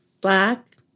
Black